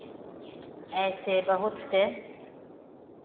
ऐसे बहुत से